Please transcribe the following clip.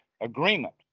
Agreement